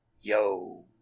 Yo